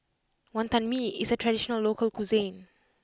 Wantan Mee is a traditional local cuisine